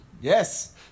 Yes